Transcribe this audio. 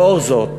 לאור זאת,